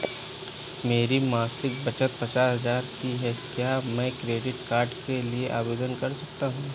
मेरी मासिक बचत पचास हजार की है क्या मैं क्रेडिट कार्ड के लिए आवेदन कर सकता हूँ?